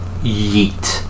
Yeet